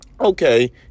Okay